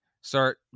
start